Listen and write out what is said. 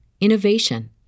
innovation